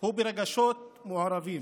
הוא ברגשות מעורבים.